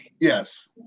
yes